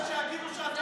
זה לא בסדר.